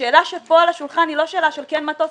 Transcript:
השאלה שפה על השולחן היא לא שאלה של כן מטוס,